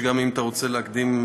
אם אתה רוצה להקדים,